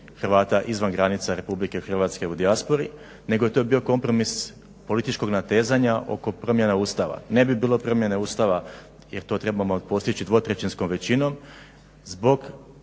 Hrvata izvan granica RH u dijaspori nego je to bio kompromis političkog natezanja oko promjene Ustava. Ne bi bilo promjene Ustava jer to trebamo postići dvotrećinskom većinom zbog